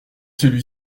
celui